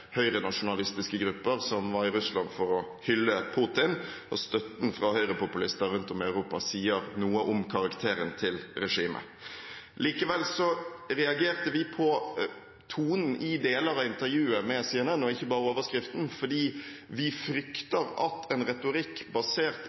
høyrenasjonalistiske grupper som var i Russland for å hylle Putin, og støtten fra høyrepopulister rundt om i Europa sier noe om karakteren til regimet. Likevel reagerte vi på tonen i deler av intervjuet med CNN, og ikke bare på overskriften, fordi vi frykter at en retorikk basert